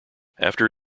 after